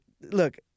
look